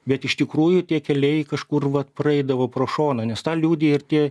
bet iš tikrųjų tie keliai kažkur vat praeidavo pro šoną nes tą liudija ir tie